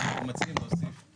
לכן אנחנו ממליצים להוסיף